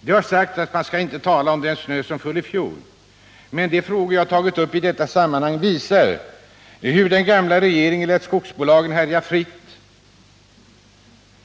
Det har sagts att man inte skall tala om den snö som föll i fjol. Men de frågor som jag tagit upp i detta sammanhang visar hur den gamla regeringen utan att ingripa lät skogsbolagen härja fritt